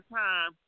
time